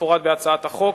כמפורט בהצעת החוק.